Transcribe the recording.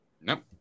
Nope